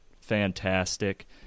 fantastic